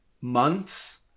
months